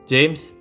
James